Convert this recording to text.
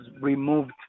removed